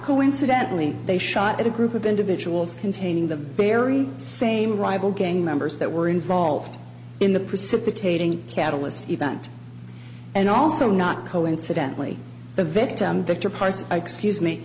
coincidentally they shot at a group of individuals containing the very same rival gang members that were involved in the precipitating catalyst event and also not coincidentally the victim